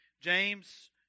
James